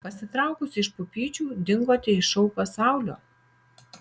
pasitraukusi iš pupyčių dingote iš šou pasaulio